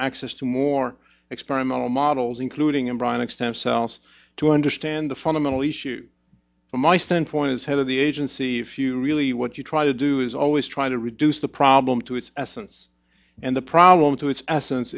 access to more experimental models including embryonic stem cells to understand the fundamental issue from my standpoint as head of the agency if you really what you try to do is always try to reduce the problem to its essence and the problem to its essence